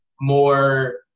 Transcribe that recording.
more